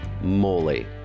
moly